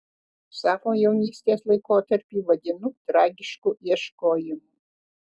savo jaunystės laikotarpį vadinu tragišku ieškojimu